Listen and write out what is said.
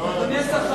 אדוני השר,